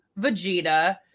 Vegeta